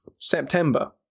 September